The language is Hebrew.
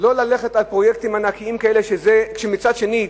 לא ללכת על פרויקטים ענקיים כאלה כשמצד שני: